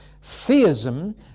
Theism